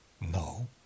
no